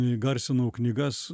įgarsinau knygas